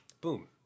Boom